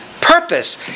purpose